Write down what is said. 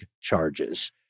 charges